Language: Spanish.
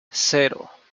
cero